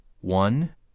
one